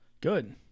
Good